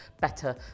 better